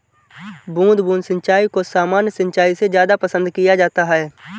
बूंद बूंद सिंचाई को सामान्य सिंचाई से ज़्यादा पसंद किया जाता है